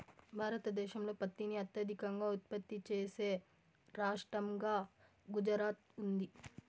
భారతదేశంలో పత్తిని అత్యధికంగా ఉత్పత్తి చేసే రాష్టంగా గుజరాత్ ఉంది